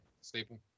staple